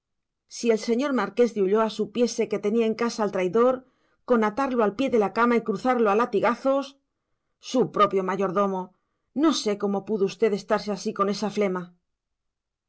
si el señor marqués de ulloa supiese que tenía en casa al traidor con atarlo al pie de la cama y cruzarlo a latigazos su propio mayordomo no sé cómo pudo usted estarse así con esa flema